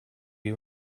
you